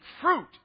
fruit